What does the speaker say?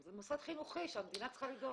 זה מוסד חינוכי שהמדינה צריכה לדאוג.